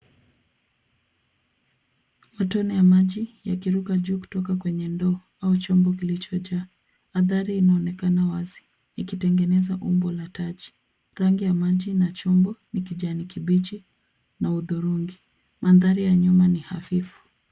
Matone ya maji ,yakiruka juu kutoka kwenye ndoo au chombo kilichojaa. Manthari inaonekana wazi, ikitengeneza umbo la taji. Rangi ya maji na chombo ni kijani kibichi na udhurungi. Mandhari ya nyuma ni hafifu.